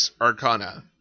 Arcana